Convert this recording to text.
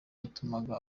yatumaga